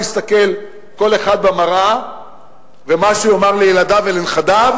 כל אחד יסתכל במראה ויאמר לילדיו ולנכדיו,